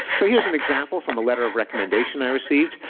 so here's an example from a letter of recommendation i received.